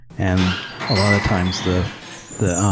and a lot of times the the